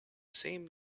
same